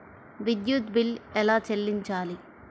విద్యుత్ బిల్ ఎలా చెల్లించాలి?